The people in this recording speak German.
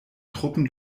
truppen